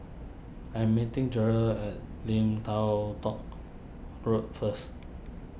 I am meeting Jeryl at Lim Tao Tow Road first